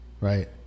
right